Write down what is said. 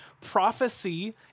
prophecy